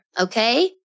okay